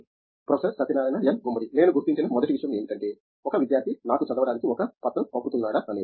professor Satyanarayana N Gummadi నేను గుర్తించిన మొదటి విషయం ఏమిటంటే ఒక విద్యార్థి నాకు చదవడానికి ఒక పత్రం పంపుతున్నాడా అనేది